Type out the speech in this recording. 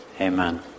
amen